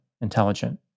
intelligent